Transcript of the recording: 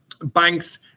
Banks